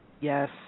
Yes